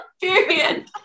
Period